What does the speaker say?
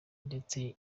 ndetse